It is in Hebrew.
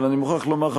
אבל אני מוכרח לומר,